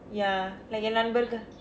ya like என் நண்பர்கள்:en nanbarkal